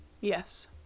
Yes